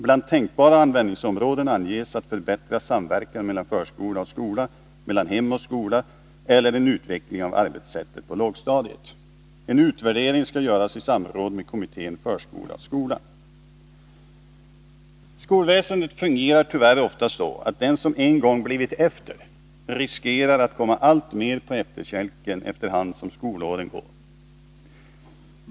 Bland tänkbara användningsområden anges en förbättring av samverkan mellan förskola och skola och mellan hem och skola eller en utveckling av arbetssättet på lågstadiet. En utvärdering skall göras i samråd med kommittén förskola-skola. Skolväsendet fungerar tyvärr ofta så, att den som en gång ”blivit efter” riskerar att komma alltmer på efterkälken efter hand som skolåren går.